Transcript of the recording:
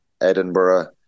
Edinburgh